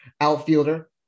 outfielder